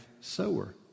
sower